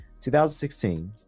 2016